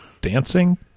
dancing